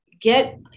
get